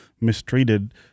mistreated